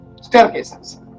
staircases